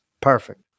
Perfect